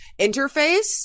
interface